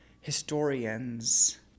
historians